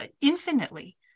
infinitely